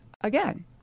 again